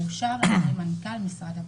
מאושר על ידי מנכ"ל משרד הבריאות.